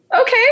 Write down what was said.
okay